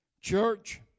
Church